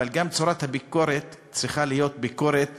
אבל גם צורת הביקורת צריכה להיות מרוסנת,